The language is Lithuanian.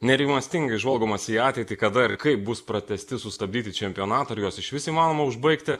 nerimastingai žvalgomasi į ateitį kada ir kaip bus pratęsti sustabdyti čempionatai ar juos išvis įmanoma užbaigti